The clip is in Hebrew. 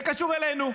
זה קשור אלינו,